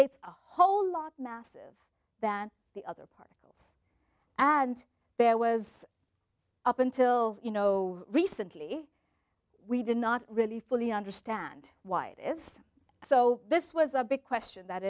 it's a whole lot massive than the other part and there was up until you know recently we did not really fully understand why it is so this was a big question that